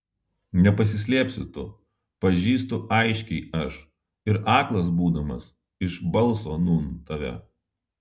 nepasislėpsi tu pažįstu aiškiai aš ir aklas būdamas iš balso nūn tave